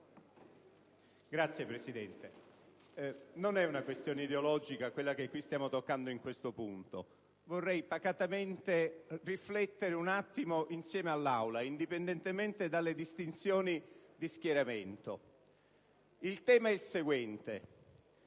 Signor Presidente, non è una questione ideologica quella che stiamo toccando in questo momento. Vorrei quindi pacatamente riflettere insieme all'Aula, indipendentemente dalle distinzioni di schieramento. Il tema è il seguente: